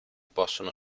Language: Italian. possono